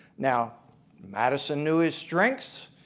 now madison knew his strength,